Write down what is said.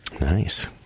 Nice